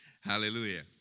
Hallelujah